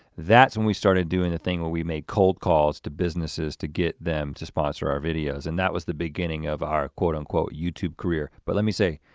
that's when we started doing the thing where we make cold calls to businesses to get them to sponsor our videos. and that was the beginning of our quote unquote youtube career. but me say